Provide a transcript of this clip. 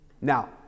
Now